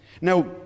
Now